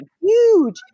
huge